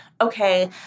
okay